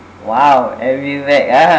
!wow! L_V bag ah